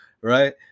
right